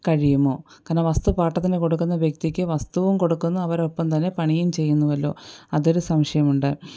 കഴിയുമോ കാരണം വസ്തു പാട്ടത്തിന് കൊടുക്കുന്ന വ്യക്തിക്ക് വസ്തുവും കൊടുക്കുന്നു അവരൊപ്പം തന്നെ പണിയും ചെയ്യുന്നുവല്ലോ അതൊരു സംശയമുണ്ട്